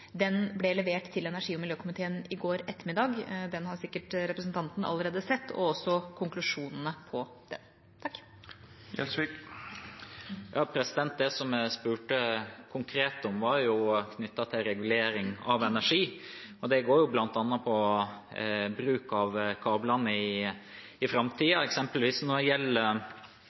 ble levert til energi- og miljøkomiteen i går ettermiddag. Den har representanten sikkert allerede sett – og også konklusjonene i den. Det jeg konkret spurte om, var knyttet til regulering av energi. Det går bl.a. på bruk av kablene i framtiden, eksempelvis hvor vidt en skal ha energi basert på langsiktige kontrakter eller på spotpriskontrakter, og hvordan bl.a. reguleringsmyndigheten vil behandle det.